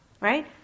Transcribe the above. Right